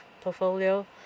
portfolio